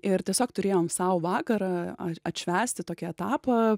ir tiesiog turėjom sau vakarą atšvęsti tokį etapą